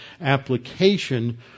application